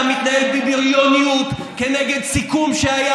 אתה מתנהג בבריונות כנגד סיכום שהיה,